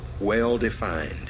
well-defined